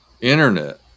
internet